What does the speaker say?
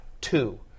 two